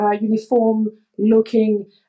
uniform-looking